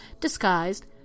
disguised